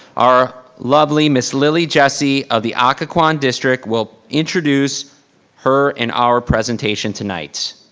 our lovely ms. lillie jessie of the ah occoquan district will introduce her and our presentation tonight.